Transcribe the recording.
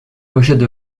pochette